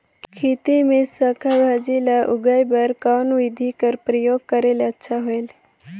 खेती मे साक भाजी ल उगाय बर कोन बिधी कर प्रयोग करले अच्छा होयल?